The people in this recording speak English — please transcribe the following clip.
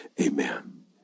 Amen